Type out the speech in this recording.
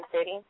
city